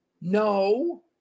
No